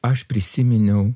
aš prisiminiau